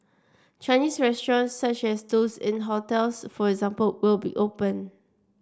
Chinese restaurant such as those in hotels for example will be open